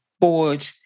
board